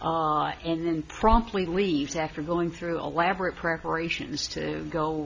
and then promptly leaves after going through elaborate preparations to go